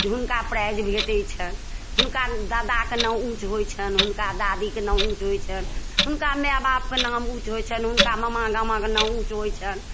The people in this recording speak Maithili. जे हुनका प्राइज भेटै छै हुनका दादा के नामो ऊँच होइ छनि हुनका दादी के नामो ऊँच होइ छनि हुनका माय बाप के नामो ऊँच होइ छनि हुनका मामा नाना के नामो ऊँच होइ छनि